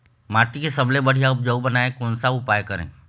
माटी के सबसे बढ़िया उपजाऊ बनाए कोन सा उपाय करें?